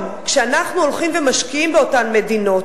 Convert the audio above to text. כשאנחנו הולכים ומשקיעים באותן מדינות,